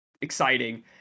exciting